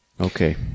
Okay